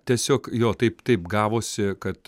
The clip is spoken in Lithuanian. tiesiog jo taip taip gavosi kad